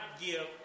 give